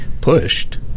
pushed